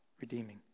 redeeming